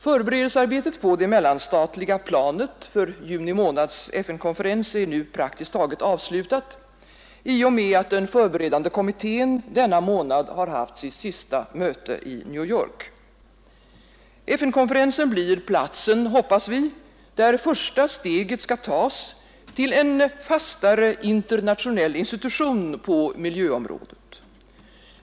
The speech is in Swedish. Förberedelsearbetet på det mellanstatliga planet för juni månads FN-konferens är nu praktiskt taget avslutat i och med att den förberedande kommittén denna månad har haft sitt sista möte i New York. FN-konferensen blir platsen, hoppas vi, där första steget skall tas till en fastare internationell institution på miljöområdet.